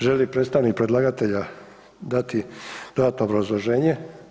Želi li predstavnik predlagatelja dati dodatno obrazloženje?